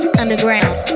underground